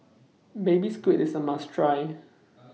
Baby Squid IS A must Try